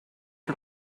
que